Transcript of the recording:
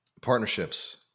partnerships